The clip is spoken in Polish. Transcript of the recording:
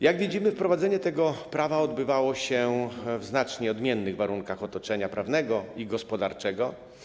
Jak widzimy, wprowadzenie tego prawa odbywało się w znacznie odmiennych warunkach otoczenia prawnego i gospodarczego.